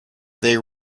they